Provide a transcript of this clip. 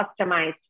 customized